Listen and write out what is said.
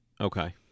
Okay